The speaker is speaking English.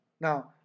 Now